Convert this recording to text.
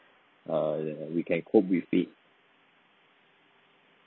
uh we can cope with it